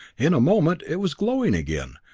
in a moment it was glowing again,